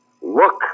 look